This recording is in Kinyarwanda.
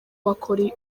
bakora